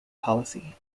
policy